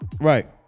Right